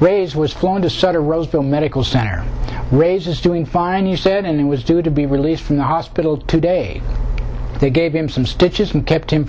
ray's was flown to sutter roseville medical center raises doing fine you said and he was due to be released from the hospital today they gave him some stitches and kept him